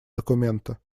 документа